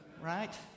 right